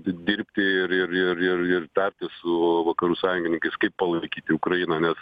dirbti ir ir ir ir ir tartis su vakarų sąjungininkais kaip palaikyti ukrainą nes